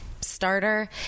Starter